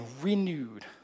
renewed